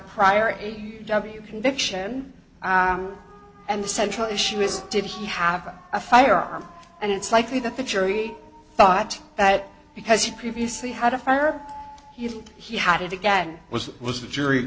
priory w conviction and the central issue is did he have a firearm and it's likely that the jury thought that because he previously had a fire he had it again was was the jury